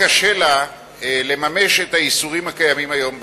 קשה לה לממש את האיסורים הקיימים היום בחוק,